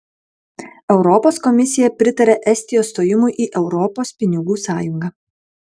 europos komisija pritaria estijos stojimui į europos pinigų sąjungą